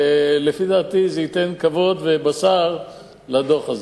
ולפי דעתי זה ייתן כבוד ובשר לדוח הזה.